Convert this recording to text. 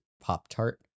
Pop-Tart